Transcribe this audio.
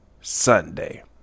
Sunday